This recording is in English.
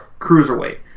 cruiserweight